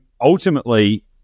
ultimately